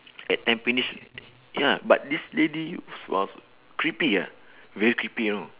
at tampines ya but this lady s~ was creepy ah very creepy you know